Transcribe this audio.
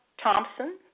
Thompson